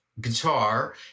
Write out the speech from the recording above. guitar